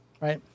Right